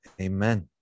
Amen